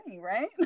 right